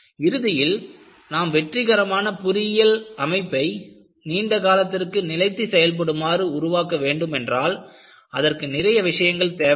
இறுதியில் நாம் வெற்றிகரமான பொறியியல் அமைப்பை நீண்ட காலத்திற்கு நிலைத்து செயல்படுமாறு உருவாக்க வேண்டுமென்றால் அதற்கு நிறைய விஷயங்கள் தேவைப்படும்